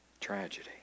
Tragedy